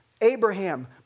Abraham